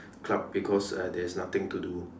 club because uh there's nothing to do